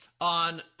on